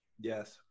Yes